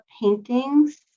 paintings